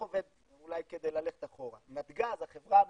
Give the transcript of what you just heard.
אולי כדי ללכת אחורה, גז, החברה הממשלתית,